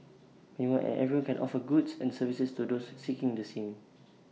anyone and everyone can offer goods and services to those seeking the same